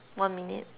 one minute